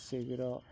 ଶୀଘ୍ର